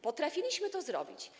Potrafiliśmy to zrobić.